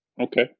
okay